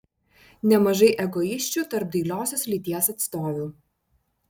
nemažai egoisčių tarp dailiosios lyties atstovių